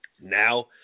Now